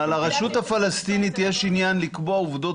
לרשות הפלסטינית יש עניין לקבוע עובדות